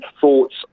thoughts